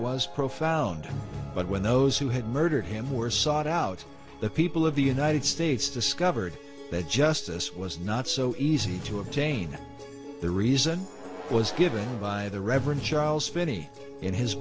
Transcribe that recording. was profound but when those who had murdered him were sought out the people of the united states discovered that justice was not so easy to obtain the reason was given by the rever